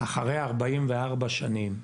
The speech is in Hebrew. אחרי 44 שנות עבודה.